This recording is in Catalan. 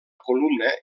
columna